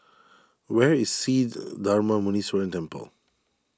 where is Sri Darma Muneeswaran Temple